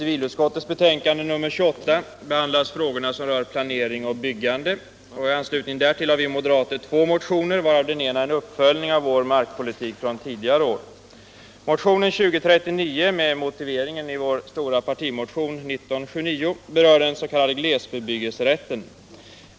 Motionen 2039 med motiveringen i vår stora partimotion nr 1979 berör den s.k. glesbebyggelserätten.